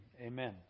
Amen